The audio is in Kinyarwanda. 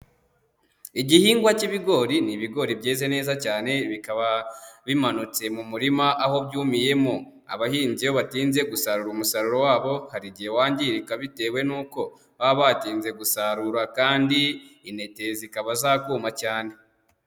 Igihingwa cy'ibigori ni ibigori byize neza cyane bikaba bimanutse mu murima aho byumiyemo, abahinzi iyo batinze gusarura umusaruro wabo hari igihe wangirika bitewe nuko baba batinze gusarura kandi intete zikaba zakuma cyane.